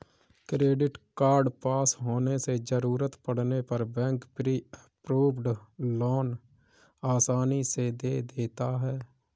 credit card pass होने से जरूरत पड़ने पर बैंक प्री अप्रूव्ड लोन आसानी से दे देता है